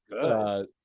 good